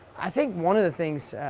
i think, one of the things,